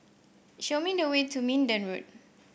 show me the way to Minden Road